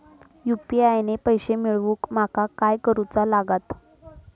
UPI ने पैशे मिळवूक माका काय करूचा लागात?